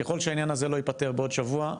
ככל שהעניין הזה לא ייפתר בעוד שבוע,